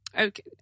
okay